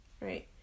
Right